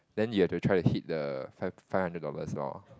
then you'll have to try to hit the five five hundred dollars lor